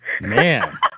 Man